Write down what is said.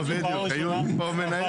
בדיוק, היו לי פה מניות.